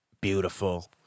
beautiful